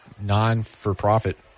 non-for-profit